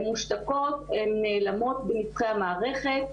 הן מושתקות, הן נעלמות בנבכי המערכת,